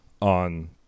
on